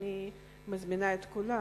ואני מזמינה את כולם,